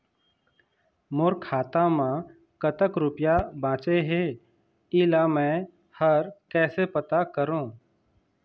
मोर खाता म कतक रुपया बांचे हे, इला मैं हर कैसे पता करों?